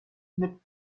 mit